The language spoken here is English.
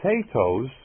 potatoes